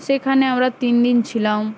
সেখানে আমরা তিন দিন ছিলাম